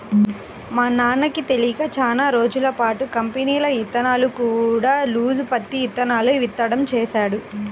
మా నాన్నకి తెలియక చానా రోజులపాటు కంపెనీల ఇత్తనాలు కాకుండా లూజు పత్తి ఇత్తనాలను విత్తడం చేశాడు